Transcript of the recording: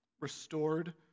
restored